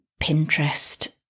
Pinterest